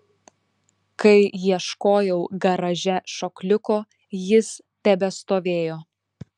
kai ieškojau garaže šokliuko jis tebestovėjo